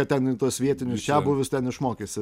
kad ten tuos vietinius čiabuvius ten išmokysi